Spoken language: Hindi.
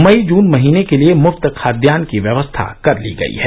मई जून महीने के लिए मुफ्त खाद्यान की व्यवस्था कर ली गई है